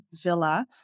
villa